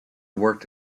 worked